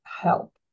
help